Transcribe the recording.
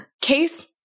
case